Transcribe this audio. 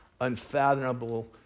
unfathomable